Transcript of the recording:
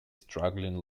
struggling